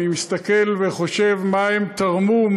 אני מסתכל וחושב מה הם תרמו,